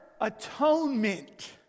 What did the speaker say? atonement